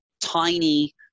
tiny